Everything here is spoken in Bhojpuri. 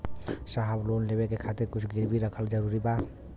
साहब लोन लेवे खातिर कुछ गिरवी रखल जरूरी बा?